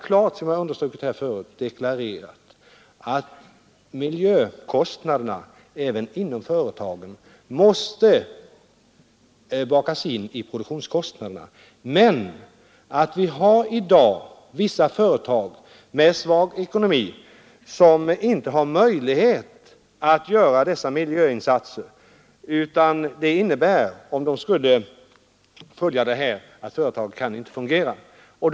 Men som jag tidigare underströk har vi klart deklarerat att även miljökostnaderna inom företagen måste bakas in i produktionskostnaderna. Nu har vi i dag vissa företag med svag ekonomi, som inte kan göra de nödvändiga insatserna, och om sådana företag ålades att genomföra önskade miljöförbättringar skulle de inte kunna fungera längre.